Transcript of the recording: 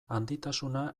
handitasuna